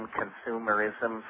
consumerism